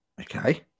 Okay